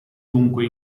dunque